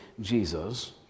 Jesus